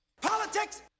Politics